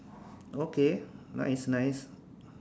okay nice nice